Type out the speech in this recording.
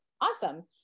awesome